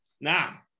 Now